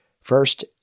First